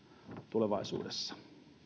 tulevaisuudessa